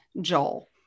Joel